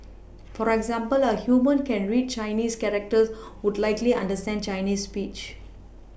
for example a human who can read Chinese characters would likely understand Chinese speech